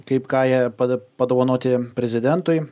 kaip ką jie pada padovanoti prezidentui